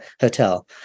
hotel